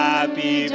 Happy